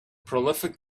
prolific